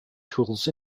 tools